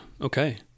okay